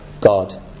God